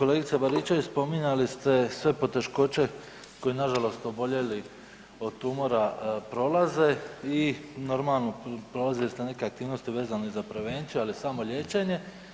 Kolegice Baričević spominjali ste sve poteškoće koje nažalost oboljeli od tumora prolaze i normalno prolazile ste neke aktivnosti vezane za prevenciju ali samo liječenje.